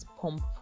pump